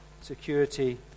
Security